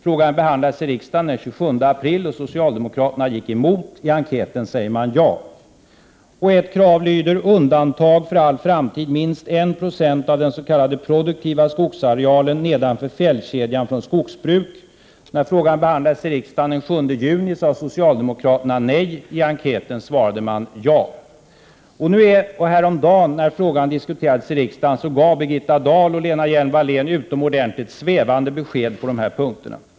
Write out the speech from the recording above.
Frågan behandlades i riksdagen den 27 april och socialdemokraterna gick emot. I enkäten säger de ja. Ett annat krav lyder: Undantag för all framtid minst 1 90 av den s.k. produktiva skogsarealen nedanför fjällkedjan från skogsbruk. När frågan behandlades i riksdagen den 7 juni sade socialdemokraterna nej. I enkäten svarar de ja. Häromdagen, när frågan diskuterades i riksdagen, gav Birgitta Dahl och Lena Hjelm-Wallén utomordentligt svävande besked på de här punkterna.